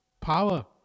power